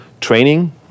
training